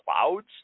clouds